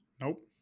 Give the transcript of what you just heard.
Nope